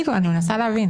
כן.